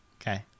Okay